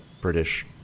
British